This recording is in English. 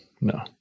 No